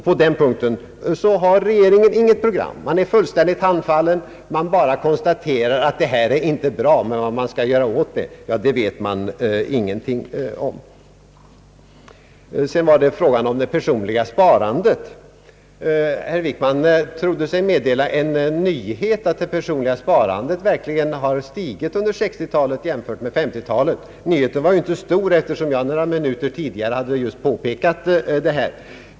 På den punkten har regeringen inget program. Den är fullständigt handfallen. Regeringen konstaterar bara att det här inte är bra, men vad man skall göra åt det vet den inte. Så var det frågan om det personliga sparandet. Herr Wickman trodde sig meddela en nyhet, när han sade att det personliga sparandet verkligen har stigit under 1960-talet, jämfört med 1950 talet. Nyheten var inte stor, eftersom jag några minuter tidigare just påpekat detta.